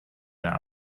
der